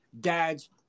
dads